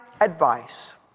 advice